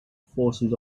forces